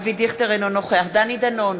אינו נוכח דני דנון,